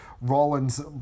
Rollins